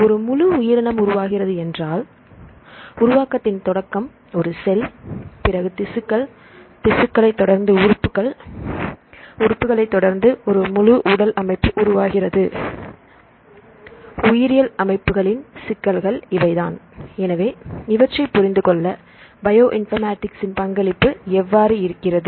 ஒரு முழு உயிரினம் உருவாகிறது என்றால் உருவாக்கத்தின் தொடக்கம் ஒரு செல் பிறகு திசுக்கள் திசுக்களை தொடர்ந்து உறுப்புகள் உறுப்புகளை தொடர்ந்து ஒரு முழு உடல் அமைப்பு உருவாகிறது உயிரியல் அமைப்புகளின் சிக்கல்கள் இவைதான் எனவே இவற்றை புரிந்துகொள்ள பயோ இன்பர்மேட்டிக்ஸ்ஸின் பங்களிப்பு எவ்வாறு இருக்கிறது